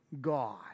God